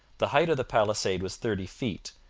the height of the palisade was thirty feet,